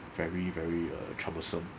very very uh troublesome